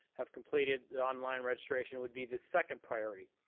have completed the online registration would be the second priority.